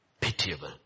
pitiable